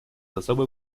особым